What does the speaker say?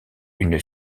une